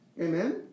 Amen